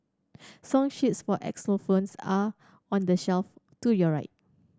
song sheets for are on the shelf to your right